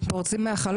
פורצים מהחלון.